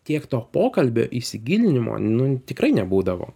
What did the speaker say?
tiek to pokalbio įsigilinimo nu tikrai nebūdavo